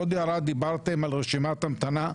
עוד הערה, דיברתם על רשימת המתנה.